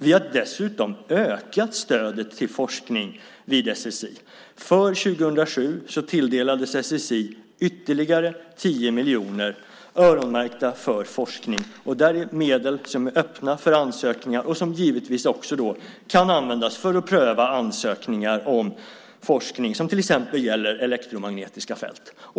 Vi har dessutom ökat stödet till forskning vid SSI. För 2007 tilldelades SSI ytterligare 10 miljoner, öronmärkta för forskning. Det är medel som är öppna för ansökningar och som givetvis också kan användas för forskning som till exempel gäller elektromagnetiska fält.